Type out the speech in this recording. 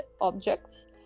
objects